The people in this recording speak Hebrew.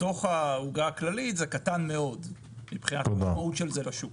בתוך העוגה הכללית זה עדיין קטן מאוד מבחינת המשמעות של זה בשוק.